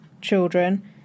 children